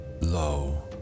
Lo